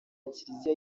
kiliziya